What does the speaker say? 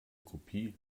kopie